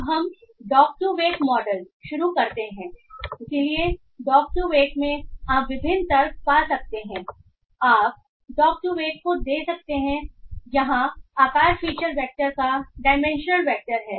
अब हम Doc2Vec model को शुरू करते हैं इसलिए डॉक्2वेक् में आप विभिन्न तर्क पा सकते हैं आप डॉक्2वेक् को दे सकते हैं इसलिए यहाँ आकार फीचर वेक्टर का डाइमेंशनल वेक्टर है